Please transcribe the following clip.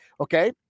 okay